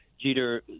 Jeter